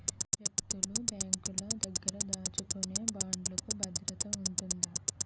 వ్యక్తులు బ్యాంకుల దగ్గర దాచుకునే బాండ్లుకు భద్రత ఉంటుంది